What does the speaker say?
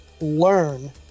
learn